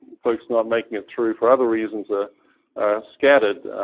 folks not making it through for other reasons are scattered,